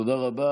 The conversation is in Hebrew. תודה רבה.